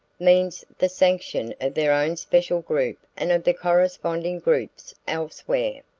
means the sanction of their own special group and of the corresponding groups elsewhere.